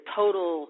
total